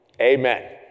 Amen